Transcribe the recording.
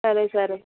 సరే సరే